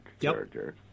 character